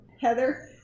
Heather